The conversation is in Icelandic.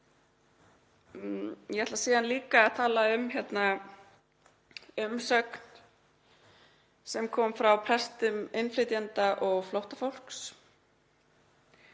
Ég ætla síðan líka að tala um umsögn sem kom frá prestum innflytjenda og flóttafólks.